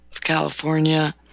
California